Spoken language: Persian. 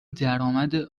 درامد